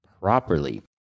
properly